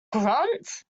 grunt